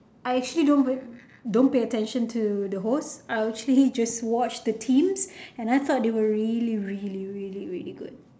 I actually don't wa~ don't pay attention to the host I actually just watch the teams and I thought that they were really really really really good